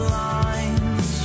lines